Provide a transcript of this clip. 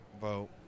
vote